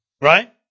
Right